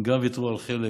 גם הם ויתרו על חלק,